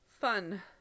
Fun